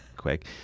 quick